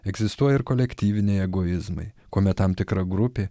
egzistuoja ir kolektyviniai egoizmai kuomet tam tikra grupė